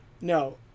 No